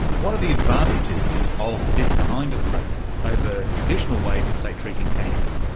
what are the advantages of this kind of process over traditional ways of, say, treating cancer?